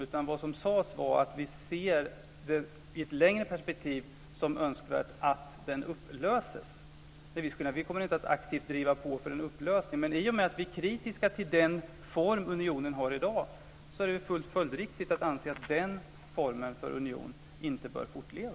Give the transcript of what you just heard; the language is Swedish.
Det som sades var att vi i ett längre perspektiv ser det som önskvärt att den upplöses. Vi kommer inte att aktivt driva på för en upplösning, men i och med att vi är kritiska till den form unionen har i dag är det fullt följdriktigt att anse att den formen av union inte bör fortleva.